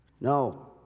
No